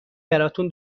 براتون